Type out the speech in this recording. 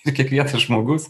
ir kiekvienas žmogus